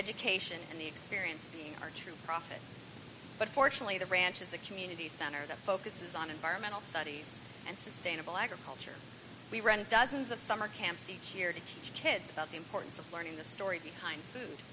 education and the experience are true profit but fortunately the ranch is a community center that focuses on environmental studies and sustainable agriculture we run dozens of summer camps each year to teach kids about the importance of learning the story behind too